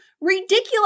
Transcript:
ridiculous